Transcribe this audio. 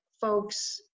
folks